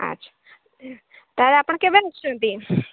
ଆଚ୍ଛା ତାହେଲେ ଆପଣ କେବେ ଆସୁଛନ୍ତି